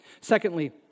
Secondly